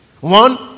One